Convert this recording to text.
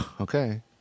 Okay